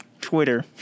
Twitter